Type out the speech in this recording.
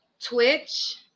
Twitch